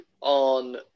On